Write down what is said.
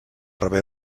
rebé